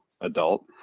adult